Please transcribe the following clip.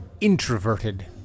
introverted